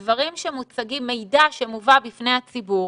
מידע שמובא בפני הציבור,